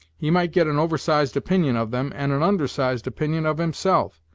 he might get an oversized opinion of them, and an undersized opinion of himself.